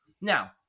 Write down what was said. Now